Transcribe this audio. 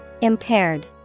Impaired